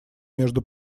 между